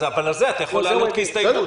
אבל את זה אתה יכול להעלות כהסתייגות.